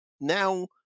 now